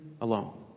alone